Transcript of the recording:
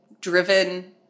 driven